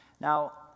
Now